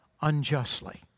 unjustly